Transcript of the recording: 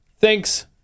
thanks